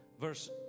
Verse